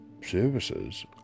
services